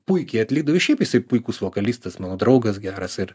puikiai atlikdavo ir šiaip jisai puikus vokalistas mano draugas geras ir